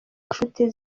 nshuti